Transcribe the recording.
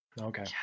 Okay